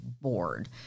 board